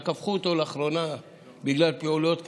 רק הפכו אותו לאחרונה בגלל פעולות כאלה,